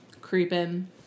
creeping